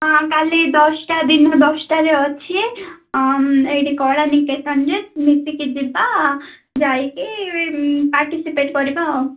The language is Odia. ହଁ କାଲି ଦଶଟା ଦିନ ଦଶଟାରେ ଅଛି ଏଇଠି କଳା ନିକେତନରେ ମିଶିକି ଯିବା ଯାଇକି ପାର୍ଟିସିପେଟ୍ କରିବା ଆଉ